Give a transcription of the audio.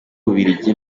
bubiligi